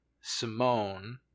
Simone